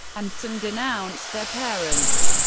and some denounce their parents.